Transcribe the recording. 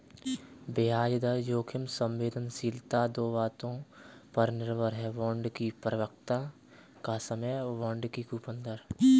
ब्याज दर जोखिम संवेदनशीलता दो बातों पर निर्भर है, बांड की परिपक्वता का समय, बांड की कूपन दर